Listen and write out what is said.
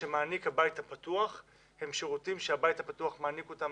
הבית הפתוח הם שירותים שהבית הפתוח מעניק אותם